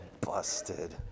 Busted